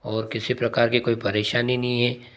और किसी प्रकार की कोई परेशानी नहीं है